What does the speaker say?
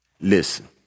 Listen